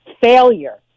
failure